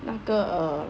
那个 uh